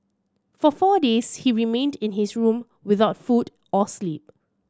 for four days he remained in his room without food or sleep